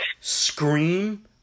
Scream